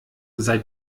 sei